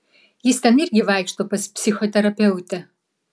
jis ten irgi vaikšto pas psichoterapeutę